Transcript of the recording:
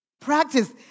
Practice